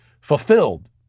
fulfilled